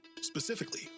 specifically